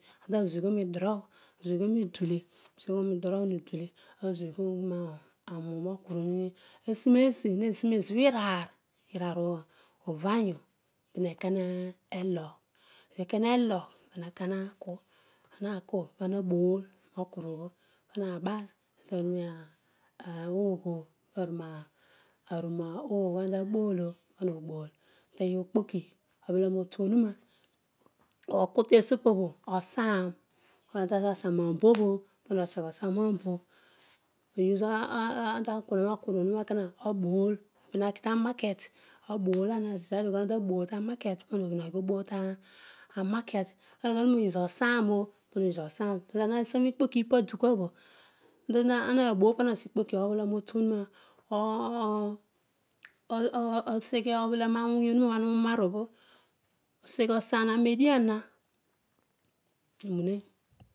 Antazuoghon udurogh, azuoghonm dudule so kwuroy, ho dule azuogh w asouuro okuro obho aseroesi kezouo naar naar uvanyu purekeer nelogh nekehelegh pana nuke haku, anaku ponaboyrio kuru obho pana bul, orurouogho olo ana tabool olo pana obool oteny, okpoki okuan otuana taseghe asan abaon obho pana oseghe osaam tue aseghe mokuru obho abol bhanu ghita doweet molo anaseghe mo kpoki angbool pana oseghe ikpok kiobho obhelon otuonunaan oseghe obelon awony onuma bho aha unaor obho oseghe asam edian na he rouhen